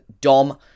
Dom